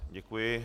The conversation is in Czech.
Děkuji.